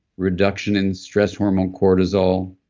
reduction in stress hormone cortisol,